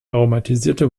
aromatisierte